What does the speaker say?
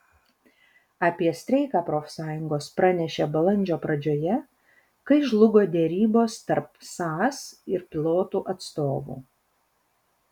apie streiką profsąjungos pranešė balandžio pradžioje kai žlugo derybos tarp sas ir pilotų atstovų